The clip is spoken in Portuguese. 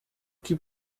que